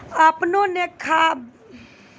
आपने ने बैंक से आजे कतो रुपिया लेने छियि?